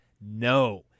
No